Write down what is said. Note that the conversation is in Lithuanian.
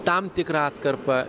tam tikrą atkarpą